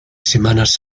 semanas